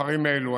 ואחרים העלו.